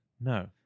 No